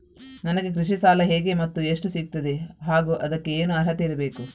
ನನಗೆ ಕೃಷಿ ಸಾಲ ಹೇಗೆ ಮತ್ತು ಎಷ್ಟು ಸಿಗುತ್ತದೆ ಹಾಗೂ ಅದಕ್ಕೆ ಏನು ಅರ್ಹತೆ ಇರಬೇಕು?